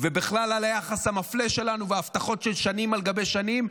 ובכלל על היחס המפלה שלנו והבטחות של שנים על גבי שנים,